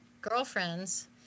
girlfriends